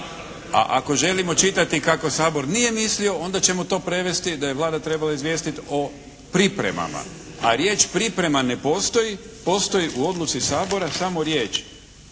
A ako želimo čitati kako Sabor nije mislio, onda ćemo to prevesti da je Vlada trebala izvijestit o pripremama. A riječ priprema ne postoji. Postoji u odluci Sabora samo riječ